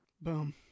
Boom